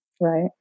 Right